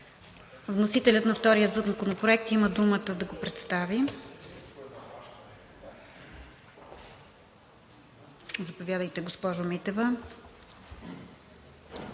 Вносителят на втория Законопроект има думата да го представи. Заповядайте, госпожо Митева.